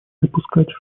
допускать